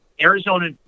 arizona